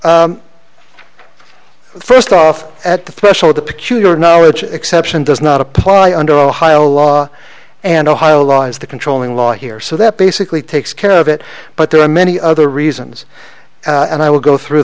first off at the threshold the peculiar now which exception does not apply under ohio law and ohio law is the controlling law here so that basically takes care of it but there are many other reasons and i will go through